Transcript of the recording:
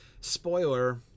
Spoiler